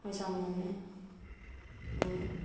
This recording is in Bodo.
मोजां मोनो संनो